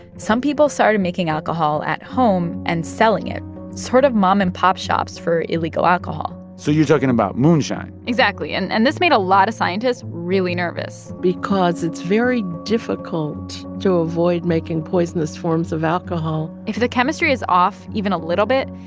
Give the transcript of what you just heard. some people started making alcohol at home and selling it sort of mom and pop shops for illegal alcohol so you're talking about moonshine exactly, and and this made a lot of scientists really nervous because it's very difficult to avoid making poisonous forms of alcohol if the chemistry is off even a little bit,